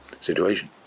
situation